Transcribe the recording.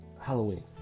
Halloween